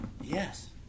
Yes